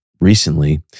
recently